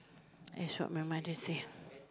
is what my mother say